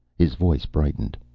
his voice brightened.